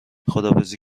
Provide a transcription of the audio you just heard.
خداحافظی